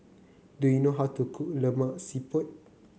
do you know how to cook Lemak Siput